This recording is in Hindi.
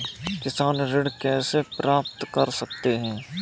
किसान ऋण कैसे प्राप्त कर सकते हैं?